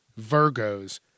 Virgos